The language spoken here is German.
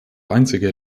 einzige